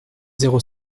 zéro